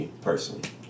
personally